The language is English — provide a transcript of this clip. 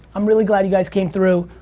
i'm really glad you guys came through.